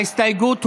ההסתייגות הוסרה.